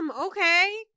okay